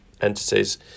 entities